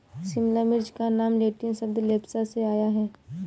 शिमला मिर्च का नाम लैटिन शब्द लेप्सा से आया है